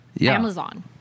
Amazon